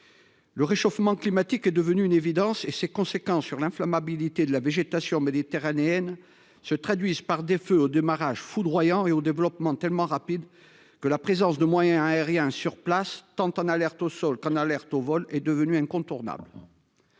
Le réchauffement climatique est devenu une évidence et ses conséquences sur l'inflammabilité de la végétation méditerranéenne se traduisent par des feux au démarrage foudroyant et au développement tellement rapide que la présence de moyens aériens sur place tant en alerte au sol qu'en alerte au vol est devenu incontournable.